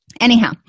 Anyhow